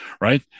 right